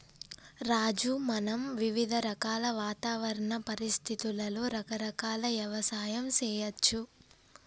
రాజు మనం వివిధ రకాల వాతావరణ పరిస్థితులలో రకరకాల యవసాయం సేయచ్చు